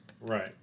Right